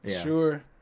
Sure